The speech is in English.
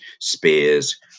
spears